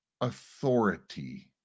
authority